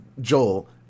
Joel